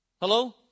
Hello